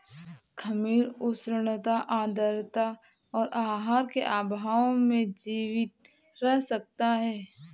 खमीर उष्णता आद्रता और आहार के अभाव में जीवित रह सकता है